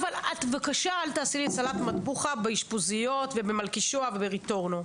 אבל בבקשה אל תעשי לי סלט מטבוחה באשפוזיות וב"מלכישוע" וב"רטורנו".